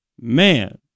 man